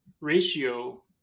ratio